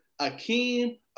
Akeem